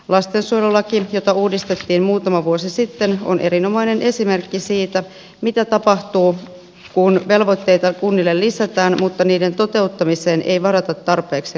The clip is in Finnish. lastensuojelulaki jota uudistettiin muutama vuosi sitten on erinomainen esimerkki siitä mitä tapahtuu kun velvoitteita kunnille lisätään mutta niiden toteuttamiseen ei varata tarpeeksi resursseja